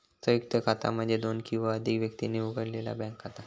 संयुक्त खाता म्हणजे दोन किंवा अधिक व्यक्तींनी उघडलेला बँक खाता